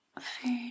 food